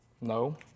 No